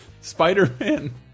Spider-Man